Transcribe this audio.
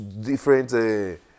different